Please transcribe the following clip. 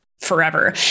forever